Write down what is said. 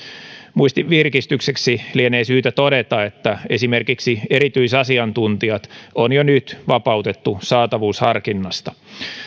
muistin virkistykseksi lienee syytä todeta että esimerkiksi erityisasiantuntijat on jo nyt vapautettu saatavuusharkinnasta